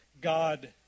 God